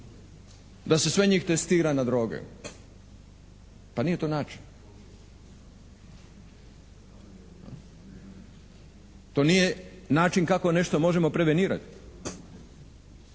da se sve njih testira na droge. Pa nije to način. To nije način kako nešto možemo prevenirati.